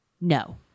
No